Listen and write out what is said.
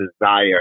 desire